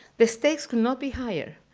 the stakes could not be higher,